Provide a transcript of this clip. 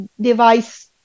device